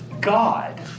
God